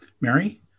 Mary